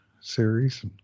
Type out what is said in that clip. series